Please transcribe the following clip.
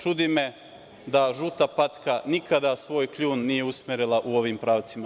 Čudi me da „žuta patka“ nikada svoj kljun nije usmerila u ovim pravcima.